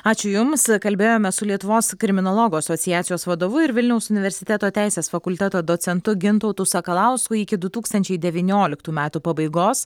ačiū jums kalbėjome su lietuvos kriminologų asociacijos vadovu ir vilniaus universiteto teisės fakulteto docentu gintautu sakalausku iki du tūkstančiai devynioliktų metų pabaigos